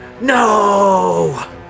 No